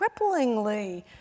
cripplingly